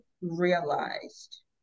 realized